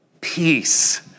Peace